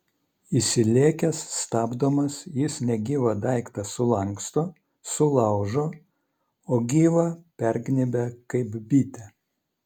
įsilėkęs stabdomas jis negyvą daiktą sulanksto sulaužo o gyvą pergnybia kaip bitę